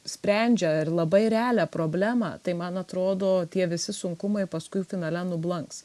sprendžia ir labai realią problemą tai man atrodo tie visi sunkumai paskui finale nublanks